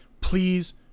please